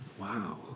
Wow